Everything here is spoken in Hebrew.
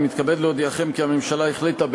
אני מתכבד להודיעם כי הממשלה החליטה,